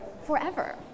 forever